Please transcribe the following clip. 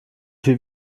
viel